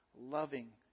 loving